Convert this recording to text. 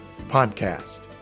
podcast